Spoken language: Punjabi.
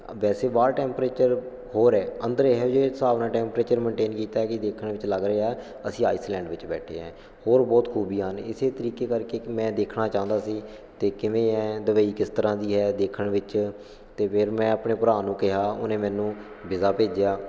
ਵੈਸੇ ਬਾਹਰ ਟੈਂਪਰੇਚਰ ਹੋਰ ਹੈ ਅੰਦਰ ਇਹੋ ਜਿਹੇ ਹਿਸਾਬ ਨਾਲ ਟੈਂਪਰੇਚਰ ਮੈਨਟੇਨ ਕੀਤਾ ਕਿ ਦੇਖਣ ਵਿੱਚ ਲੱਗ ਰਿਹਾ ਅਸੀਂ ਆਈਸਲੈਂਡ ਵਿੱਚ ਬੈਠੇ ਐਂ ਹੋਰ ਬਹੁਤ ਖੂਬੀਆਂ ਨੇ ਇਸੇ ਤਰੀਕੇ ਕਰਕੇ ਕਿ ਮੈਂ ਦੇਖਣਾ ਚਾਹੁੰਦਾ ਸੀ ਅਤੇ ਕਿਵੇਂ ਐਂ ਦੁਬਈ ਕਿਸ ਤਰ੍ਹਾਂ ਦੀ ਹੈ ਦੇਖਣ ਵਿੱਚ ਅਤੇ ਫਿਰ ਮੈਂ ਆਪਣੇ ਭਰਾ ਨੂੰ ਕਿਹਾ ਉਹਨੇ ਮੈਨੂੰ ਵੀਜ਼ਾ ਭੇਜਿਆ